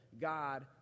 God